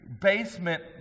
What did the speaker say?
basement